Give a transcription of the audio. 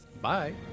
bye